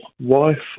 wife